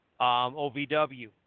OVW